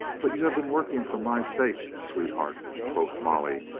but you have been working for my sake, sweet heart, quoth molly,